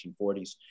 1940s